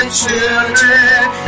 children